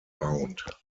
bound